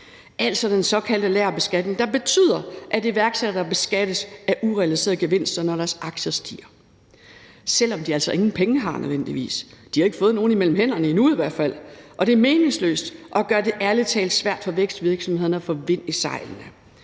altså den såkaldte lagerbeskatning, der betyder, at iværksættere beskattes af urealiserede gevinster, når deres aktier stiger, selv om de altså nødvendigvis ingen penge har. De har i hvert fald ikke fået nogen imellem hænderne endnu, og det er meningsløst og gør det ærlig talt svært for vækstvirksomhederne at få vind i sejlene,